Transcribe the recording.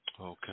Okay